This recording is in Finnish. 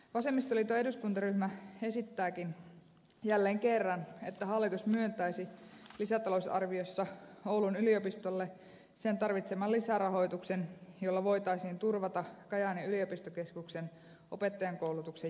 vasemmistoliiton eduskuntaryhmä esittääkin jälleen kerran että hallitus myöntäisi lisätalousarviossa oulun yliopistolle sen tarvitseman lisärahoituksen jolla voitaisiin turvata kajaanin yliopistokeskuksen opettajankoulutuksen jatkuminen